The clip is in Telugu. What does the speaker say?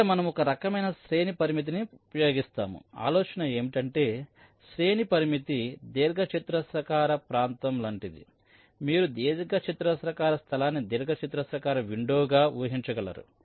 కాబట్టి ఇక్కడ మనము ఒక రకమైన శ్రేణి పరిమితిని ఉపయోగిస్తాము ఆలోచన ఏమిటంటే శ్రేణి పరిమితి దీర్ఘచతురస్రాకార ప్రాంతం లాంటిది మీరు దీర్ఘచతురస్రాకార స్థలాన్ని దీర్ఘచతురస్రాకార విండో గా ఊహించగలరు